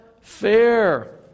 fair